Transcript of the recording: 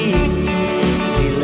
easy